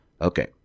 Okay